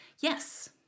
Yes